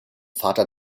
vater